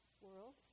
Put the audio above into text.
world